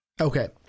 Okay